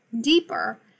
deeper